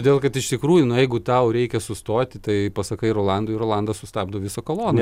todėl kad iš tikrųjų nu jeigu tau reikia sustoti tai pasakai rolandui rolandas sustabdo visą koloną